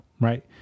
right